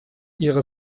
ihre